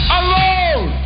alone